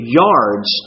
yards